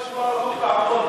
אתה תשמור על החוק בעמונה.